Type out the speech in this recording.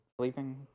Sleeping